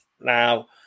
Now